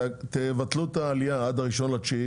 כל תבטלו את העלייה עד ה-1.9,